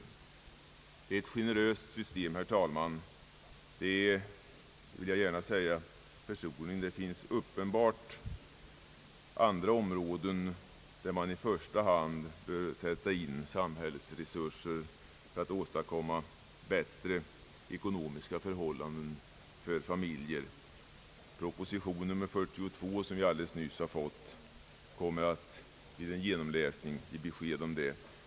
Det är ett generöst system, det vill jag gärna ha sagt. Det finns andra områden där i första hand samhällsresurser behöver sättas in för att åstadkomma bättre ekonomiska förhållanden för familjen. Propositionen nr 42, som vi alldeles nyss har fått, ger vid en genomläsning besked om det.